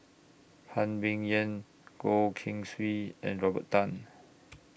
Phan Ming Yen Goh Keng Swee and Robert Tan